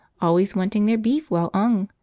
always wanting their beef well ung,